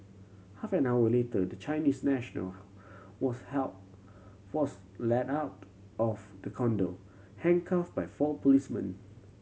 half an hour later the Chinese national was held fourth led out of the condo handcuff by four policemen